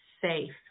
safe